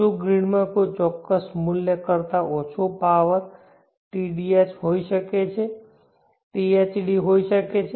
શું ગ્રીડમાં કોઈ ચોક્કસ મૂલ્ય કરતા ઓછો THD હોઈ શકે છે